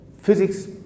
physics